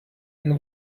and